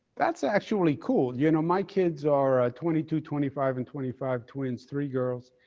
that's actually cool. you know, my kids are ah twenty two, twenty five and twenty five twins, three girls.